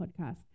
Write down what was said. podcast